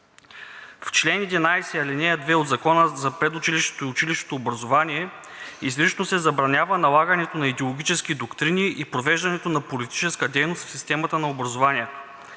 В чл. 11, ал. 2 от Закона за предучилищното и училищното образование изрично се забранява налагането на идеологически доктрини и провеждането на политическа дейност в системата на образованието.